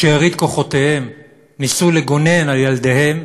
בשארית כוחותיהם,